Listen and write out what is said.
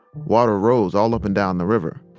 water rose all up and down the river.